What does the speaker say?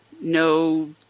No